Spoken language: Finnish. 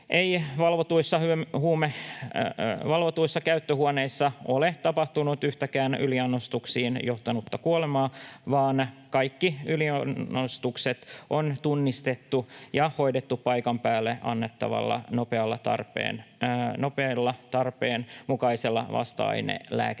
valvotuissa käyttöhuoneissa ei ole tapahtunut yhtäkään yliannostuksiin johtanutta kuolemaa, vaan kaikki yliannostukset on tunnistettu ja hoidettu paikan päällä annettavalla nopealla tarpeenmukaisella vasta-aine-lääkityksellä.